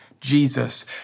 Jesus